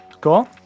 Cool